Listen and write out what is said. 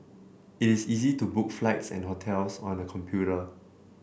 it is easy to book flights and hotels on the computer